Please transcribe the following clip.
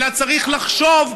אלא צריך לחשוב,